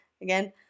Again